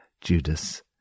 Judas